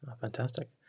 Fantastic